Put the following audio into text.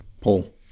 Paul